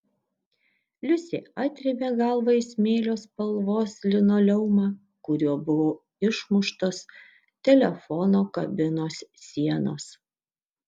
liusė atrėmė galvą į smėlio spalvos linoleumą kuriuo buvo išmuštos telefono kabinos sienos